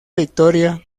victoria